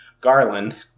Garland